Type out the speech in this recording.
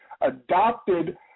adopted